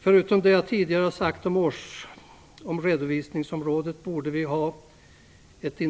Förutom det jag tidigare sagt om att redovisningsområdet borde ha ett